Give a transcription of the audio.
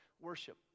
worship